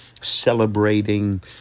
celebrating